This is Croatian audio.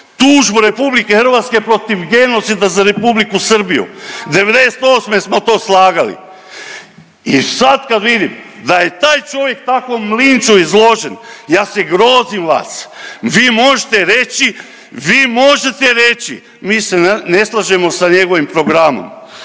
tužbu RH protiv genocida za Republiku Srbiju, '98. smo to slagali i sad kad vidim da je taj čovjek takvom linču izložen, ja se grozim vas. Vi možete reći, vi možete reći mi se ne slažemo sa njegovim programom,